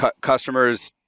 customers